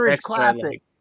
classic